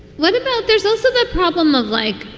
what about there's also that problem of like,